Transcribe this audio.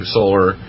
solar